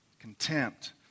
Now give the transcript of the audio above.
contempt